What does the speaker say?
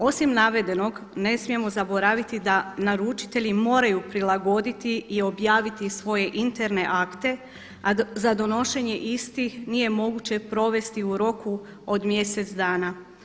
Osim navedenog ne smijemo zaboraviti da naručitelji moraju prilagoditi i objaviti svoje interne akte a za donošenje istih nije moguće provesti u roku od mjesec dana.